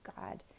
God